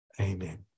Amen